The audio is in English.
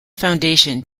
foundation